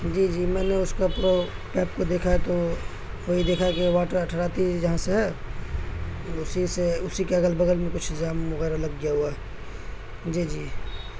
جی جی میں نے اس پائپ کو دیکھا ہے تو وہی دیکھا کہ واٹر اٹھارٹی جہاں سے ہے اسی سے اسی کے اگل بگل میں کچھ جام وغیرہ لگ گیا ہوا جی جی